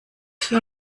für